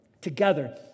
Together